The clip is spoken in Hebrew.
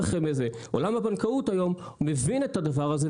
עולם הבנקאות היום מבין את הדבר הזה,